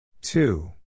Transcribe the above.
Two